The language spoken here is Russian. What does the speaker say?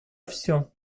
все